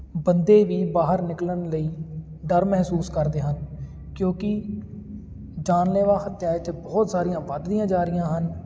ਬੰਦੇ ਵੀ ਬਾਹਰ ਨਿਕਲਣ ਲਈ ਡਰ ਮਹਿਸੂਸ ਕਰਦੇ ਹਨ ਕਿਉਂਕਿ ਜਾਨਲੇਵਾ ਹੱਤਿਆ ਇੱਥੇ ਬਹੁਤ ਸਾਰੀਆਂ ਵੱਧਦੀਆਂ ਜਾ ਰਹੀਆਂ ਹਨ